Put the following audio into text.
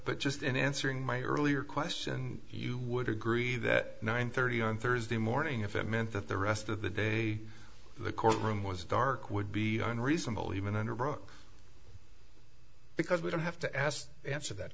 but just in answering my earlier question you would agree that nine thirty on thursday morning if it meant that the rest of the day the courtroom was dark would be unreasonable even under a rock because we don't have to ask answer that